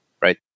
right